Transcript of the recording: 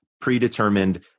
predetermined